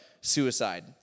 suicide